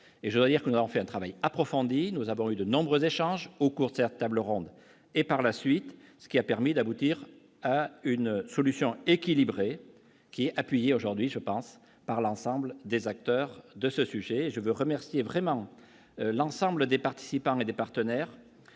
je dois dire que, en fait un travail approfondi, nous avons eu de nombreux échanges au cours, c'est-à-dire, tables rondes et par la suite, ce qui a permis d'aboutir à une solution équilibrée qui est appuyée aujourd'hui, je pense par l'ensemble des acteurs de ce sujet, je veux remercier vraiment l'ensemble des participants et des partenaires